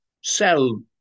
sell